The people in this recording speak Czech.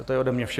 To je ode mě vše.